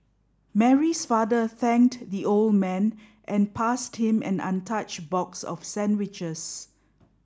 Mary's father thanked the old man and passed him an untouched box of sandwiches